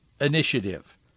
Initiative